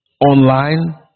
online